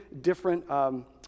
different